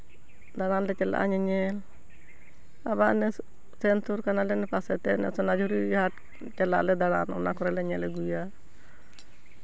ᱫᱟᱬᱟᱱ ᱞᱮ ᱪᱟᱞᱟᱜᱼᱟ ᱧᱮᱧᱮᱞ ᱟᱵᱟᱨ ᱱᱮᱥ ᱥᱮᱱ ᱥᱩᱨ ᱠᱟᱱᱟᱞᱮ ᱚᱱᱟ ᱯᱟᱥᱮᱛᱮ ᱚᱱᱟ ᱥᱳᱱᱟᱡᱷᱩᱨᱤ ᱨᱮᱭᱟᱜ ᱦᱟᱴ ᱪᱟᱞᱟᱜ ᱟᱞᱮ ᱫᱟᱬᱟᱱ ᱚᱱᱟ ᱠᱚᱨᱮᱞᱮ ᱧᱮᱞ ᱟᱹᱜᱩᱭᱟ